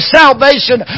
salvation